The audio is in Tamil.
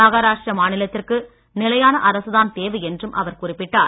மஹாராஷ்டிரா மாநிலத்திற்கு நிலையான அரசுதான் தேவை என்றும் அவர் குறிப்பிட்டார்